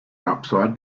upside